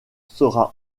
sera